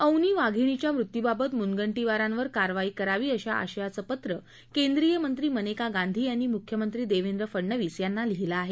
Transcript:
अवनी वाघीणीच्या मृत्यूबाबत मुनगांधींप्रारांवर कारवाई करावी अशा आशयाचे पत्र केंद्रीय मंत्री मनेका गांधी यांनी मुख्यमंत्री देवेंद्र फडनवीस यांना लिहिले आहे